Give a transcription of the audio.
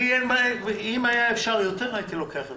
כי אם היה אפשר יותר הייתי לוקח יותר.